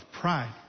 pride